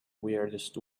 weirdest